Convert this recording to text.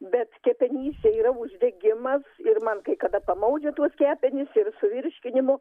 bet kepenyse yra uždegimas ir man kai kada pamaudžia tuos kepenis ir su virškinimu